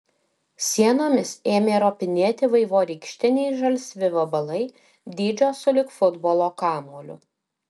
sienomis ėmė ropinėti vaivorykštiniai žalsvi vabalai dydžio sulig futbolo kamuoliu